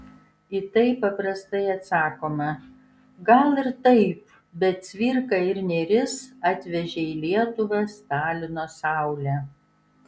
į tai paprastai atsakoma gal ir taip bet cvirka ir nėris atvežė į lietuvą stalino saulę